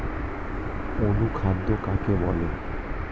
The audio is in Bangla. অনুখাদ্য কাকে বলে?